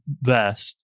vest